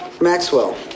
Maxwell